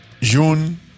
June